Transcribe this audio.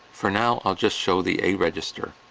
for now, i'll just show the a register.